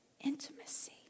intimacy